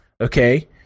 Okay